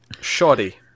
Shoddy